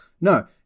No